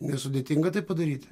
nesudėtinga tai padaryti